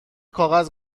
کاغذ